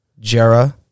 Jera